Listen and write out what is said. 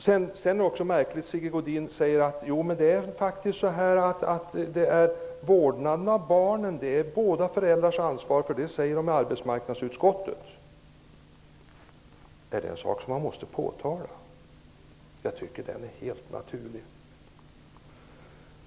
Det är också märkligt när Sigge Godin säger att vårdnaden av barnen är båda föräldrarnas ansvar, därför att arbetsmarknadsutskottet säger det. Är det en sak som måste påpekas? Jag tycker att det är något som är helt naturligt.